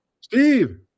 Steve